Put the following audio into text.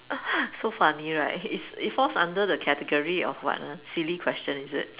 so funny right it's it falls under the category of what ah silly question is it